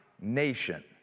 nation